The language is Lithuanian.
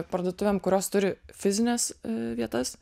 parduotuvėm kurios turi fizines vietas